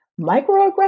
Microaggressions